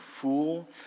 fool